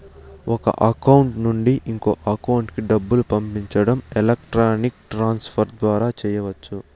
ఒక అకౌంట్ నుండి ఇంకో అకౌంట్ కి డబ్బులు పంపించడం ఎలక్ట్రానిక్ ట్రాన్స్ ఫర్ ద్వారా చెయ్యచ్చు